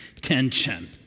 tension